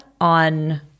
on